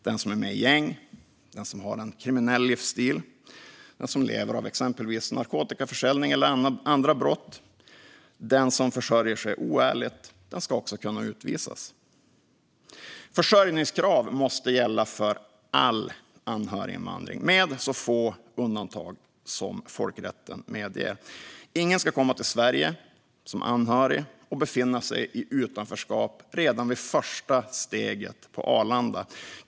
Den som är med i gäng, har en kriminell livsstil, lever av exempelvis narkotikaförsäljning eller andra brott eller försörjer sig oärligt ska kunna utvisas. Försörjningskrav måste gälla för all anhöriginvandring, med så få undantag som folkrätten medger. Ingen ska komma till Sverige som anhörig och befinna sig i utanförskap redan vid första steget på Arlanda.